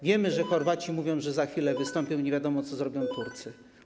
Wiemy, że Chorwaci mówią, że za chwilę wystąpią, i nie wiadomo, co zrobią Turcy.